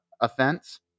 offense